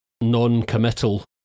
non-committal